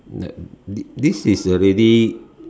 the this is already